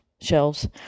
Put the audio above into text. shelves